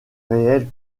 réels